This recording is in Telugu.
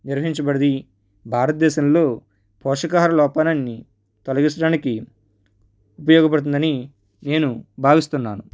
నిర్వహించబడింది భారతదేశంలో పోషక ఆహార లోపాలు అన్నీ తొలగించడానికి ఉపయోగపడుతుంది అని నేను భావిస్తున్నాను